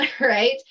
right